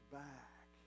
back